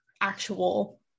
actual